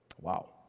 Wow